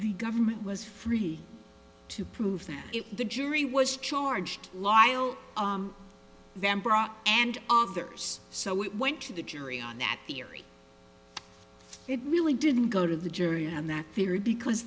the government was free to prove that the jury was charged lyall them brought and others so it went to the jury on that theory it really didn't go to the jury on that theory because